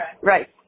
right